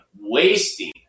wasting